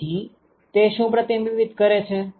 તેથી તે શું પ્રતિબિંબિત કરે છે